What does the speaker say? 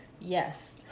Yes